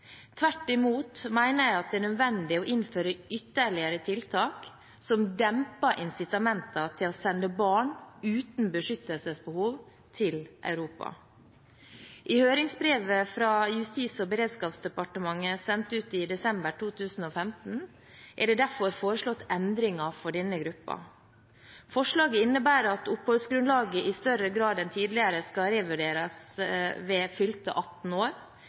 Tvert imot mener jeg det er nødvendig å innføre ytterligere tiltak som demper incitamentene til å sende barn uten beskyttelsesbehov til Europa. I høringsbrevet fra Justis- og beredskapsdepartementet sendt ut i desember 2015, er det derfor foreslått endringer for denne gruppen. Forslaget innebærer at oppholdsgrunnlaget i større grad enn tidligere skal revurderes ved fylte 18 år.